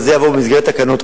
אבל זה יבוא במסגרת של תקנות.